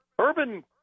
Urban